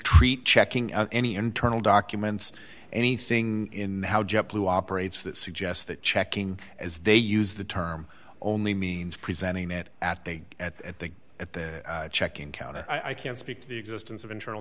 treat checking out any internal documents anything in the how jet blue operates that suggests that checking as they use the term only means presenting it at they at the at the check in counter i can speak to the existence of internal